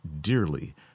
dearly